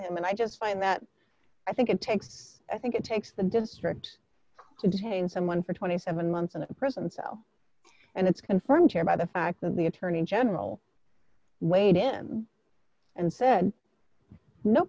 and i just find that i think it takes i think it takes the district to detain someone for twenty seven months in a prison cell and it's confirmed chaired by the fact that the attorney general weighed in and said no